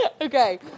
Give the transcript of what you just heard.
Okay